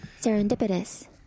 Serendipitous